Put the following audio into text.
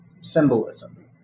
symbolism